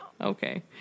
Okay